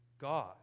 God